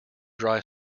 dry